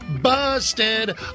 Busted